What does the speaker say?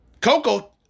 Coco